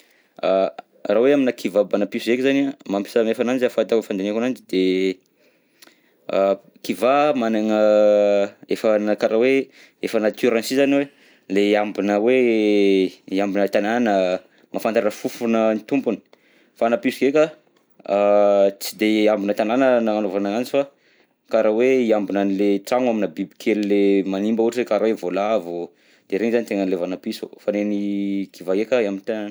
A raha hoe aminà kivà aminapiso zay zagny an, mahasamihafa ananjy, fandinihako ananjy de a- kivà magnana efa anona karaha hoe efa natiorany si zany an, le ambina hoe, hiambina tanana, mahafantatra fofona tompony fa na piso ndreka a sy de aminà tagnana nagnanovana agnanjy fa karaha hiambina anle tragno aminà bibikely manimba karaha hoe voalavo de reny zany tena ilevana piso, fa nen'ny kivà heka amin'ny ta.